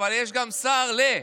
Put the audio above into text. אבל יש גם שר ל-.